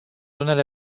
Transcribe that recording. unele